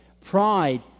pride